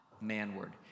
manward